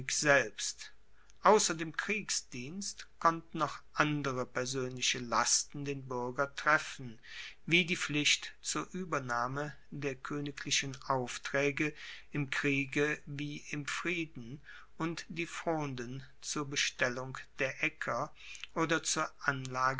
selbst ausser dem kriegsdienst konnten noch andere persoenliche lasten den buerger treffen wie die pflicht zur uebernahme der koeniglichen auftraege im kriege wie im frieden und die fronden zur bestellung der aecker oder zur